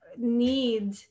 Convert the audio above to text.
need